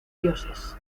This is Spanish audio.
dioses